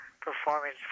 performance